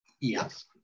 Yes